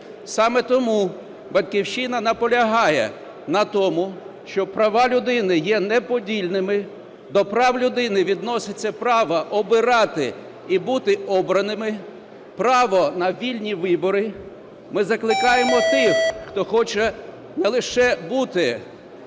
Саме тому "Батьківщина" наполягає на тому, що права людини є неподільними, до прав людини відноситься право обирати і бути обраними, право на вільні вибори. Ми закликаємо тих, хто хоче не лише бути